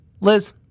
Liz